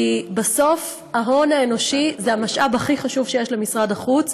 כי בסוף ההון האנושי זה המשאב הכי חשוב שיש למשרד החוץ.